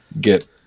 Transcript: get